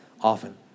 often